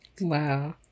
Wow